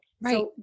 Right